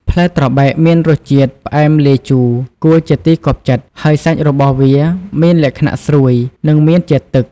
ផ្លែត្របែកមានរសជាតិ ផ្អែមលាយជូរ គួរជាទីគាប់ចិត្ត ហើយសាច់របស់វាមានលក្ខណៈ ស្រួយ និង មានជាតិទឹក។